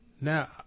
now